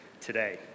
today